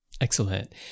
Excellent